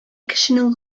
кешенең